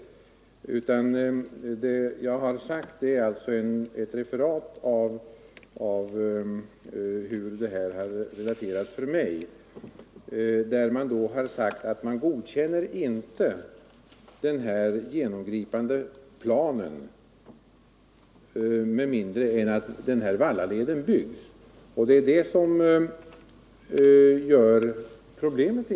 Det jag sagt är ett referat av hur frågan har relaterats för mig, varvid man har sagt att vägverket inte godkänner denna genomgripande plan med mindre än att Vallaleden byggs. Det är detta som egentligen är problemet.